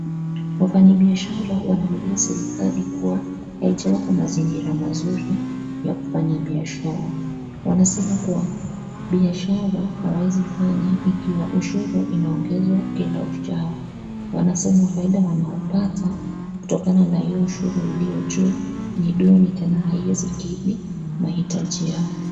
Wafanyi biashara wanalilia serikali kuwa, haijawapa mazingira mazuri ya kufanya biashara, wanasema kuwa, biashara, hawaezi fanya ikiwa ushuru inaongezwa kila uchao, wanasema faida wanaopata kutokana na hio ushuru iliyo juu, ni duni haiezi kukidhi mahitaji yao.